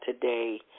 today